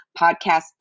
podcast